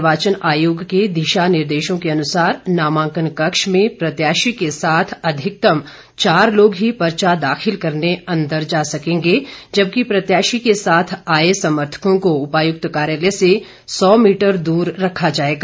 निर्वाचन आयोग के दिशा निर्देशों के अनुसार नामांकन कक्ष में प्रत्याशी के साथ अधिकतम चार लोग ही पर्चा दाखिल करने अंदर जा सकेंगे जबकि प्रत्याशी के साथ आए समर्थकों को उपायुक्त कार्यालय से सौ मीटर दूर रखा जाएगा